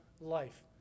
life